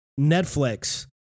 Netflix